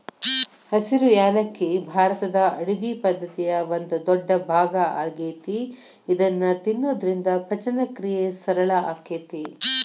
ಹಸಿರು ಯಾಲಕ್ಕಿ ಭಾರತದ ಅಡುಗಿ ಪದ್ದತಿಯ ಒಂದ ದೊಡ್ಡಭಾಗ ಆಗೇತಿ ಇದನ್ನ ತಿನ್ನೋದ್ರಿಂದ ಪಚನಕ್ರಿಯೆ ಸರಳ ಆಕ್ಕೆತಿ